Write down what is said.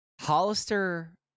Hollister